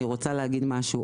אני רוצה להגיד משהו.